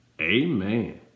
Amen